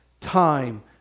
time